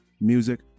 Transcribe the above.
music